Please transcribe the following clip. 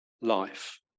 life